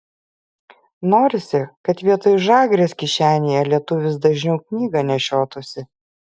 norisi kad vietoj žagrės kišenėje lietuvis dažniau knygą nešiotųsi